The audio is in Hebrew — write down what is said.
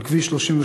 על כביש 38,